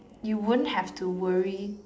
you wouldn't have to worry